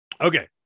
okay